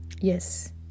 yes